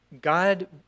God